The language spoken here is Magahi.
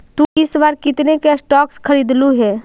तु इस बार कितने के स्टॉक्स खरीदलु हे